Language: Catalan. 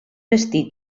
destí